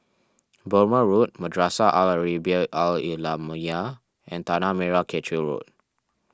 Burmah Road Madrasah Al Arabiah Al Islamiah and Tanah Merah Kechil Road